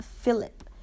Philip